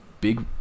big